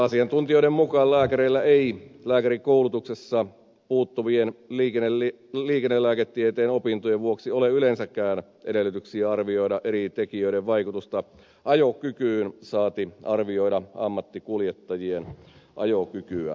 asiantuntijoiden mukaan lääkäreillä ei lääkärikoulutuksesta puuttuvien liikennelääketieteen opintojen vuoksi ole yleensäkään edellytyksiä arvioida eri tekijöiden vaikutusta ajokykyyn saati arvioida ammattikuljettajien ajokykyä